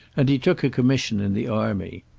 and he took a commission in the army.